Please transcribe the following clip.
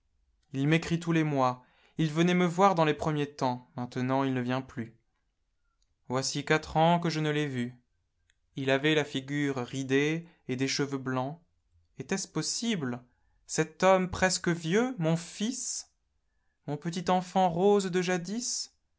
ii m'écrit tous les mois il venait me voir dans les premiers temps maintenant il ne vient plus voici quatre ans que je ne l'ai vu ii avait la figure ridée et des cheveux blancs etait-ce possible cet homme presque vieux mon fils mon petit enfant rose de jadis